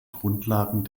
grundlagen